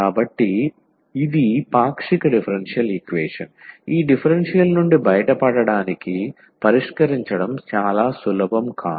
కాబట్టి ఇది పాక్షిక డిఫరెన్షియల్ ఈక్వేషన్ ఈ డిఫరెన్షియల్ నుండి బయటపడటానికి పరిష్కరించడం చాలా సులభం కాదు